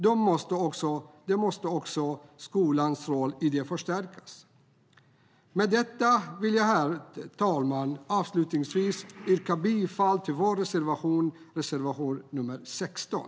Skolans roll i det måste stärkas. Med detta vill jag, herr talman, avslutningsvis yrka bifall till vår reservation 16.